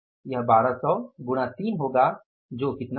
यह 1200 गुणा 3 होगा जो जो कितना होगा